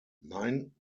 nein